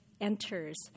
enters